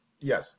Yes